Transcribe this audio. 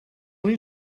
many